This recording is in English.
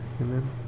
Amen